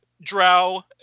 Drow